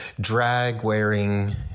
drag-wearing